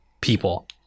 people